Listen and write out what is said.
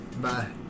Bye